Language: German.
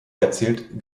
erzählt